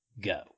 go